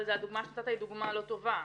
אבל הדוגמא שנתת לי היא דוגמא לא טובה,